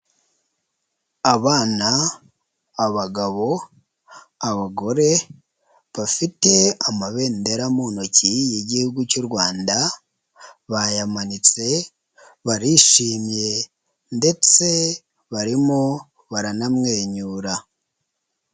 Abana, abagabo, abagore, bafite amabendera mu ntoki y'igihugu cy'u Rwanda, bayamanitse, barishimye, ndetse barimo baranamwenyura.